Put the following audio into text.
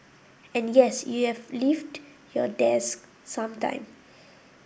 and yes you have leaved your desk sometime